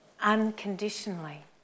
unconditionally